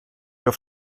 auf